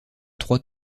trois